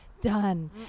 done